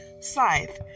scythe